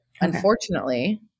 Unfortunately